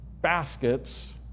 baskets